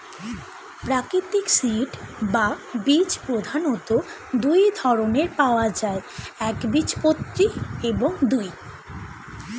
প্রাকৃতিক সিড বা বীজ প্রধানত দুই ধরনের পাওয়া যায় একবীজপত্রী এবং দুই